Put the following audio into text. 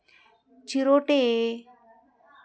चिरोटे